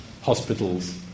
hospitals